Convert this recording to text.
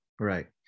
Right